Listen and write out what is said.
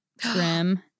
trim